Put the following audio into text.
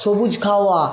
সবুজ খাওয়া